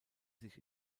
sich